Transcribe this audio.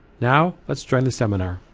now let's join the seminar.